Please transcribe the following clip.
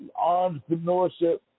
entrepreneurship